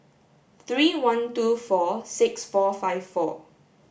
three one two four six four five four